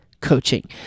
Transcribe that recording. coaching